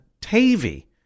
Tavy